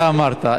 אתה אמרת.